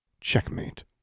Checkmate